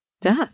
death